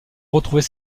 retrouver